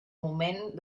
moment